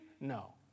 No